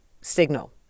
signal